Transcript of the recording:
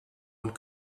und